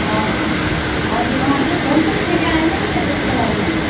हजुर हजुर अँ त्यही फोन पनि फेरि आएन नि त त्यसको लागि